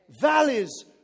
Valleys